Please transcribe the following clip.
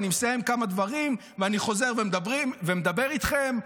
אני מסיים כמה דברים ואני חוזר ומדבר איתכם.